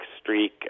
streak